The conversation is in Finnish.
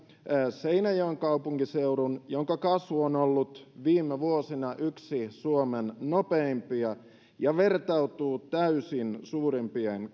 seinäjoen kaupunkiseudun jonka kasvu on ollut viime vuosina yksi suomen nopeimpia ja vertautuu täysin suurimpien